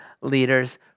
leaders